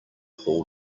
hall